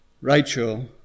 Rachel